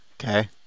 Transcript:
Okay